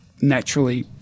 naturally